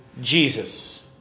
Jesus